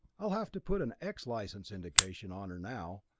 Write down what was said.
i'll have to put an x license indication on her now.